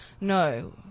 No